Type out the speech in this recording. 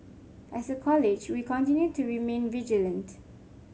as a College we continue to remain vigilant